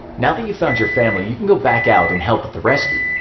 now that you've found your family, you can go back out and help with the rescue.